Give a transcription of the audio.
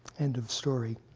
end of story.